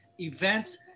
events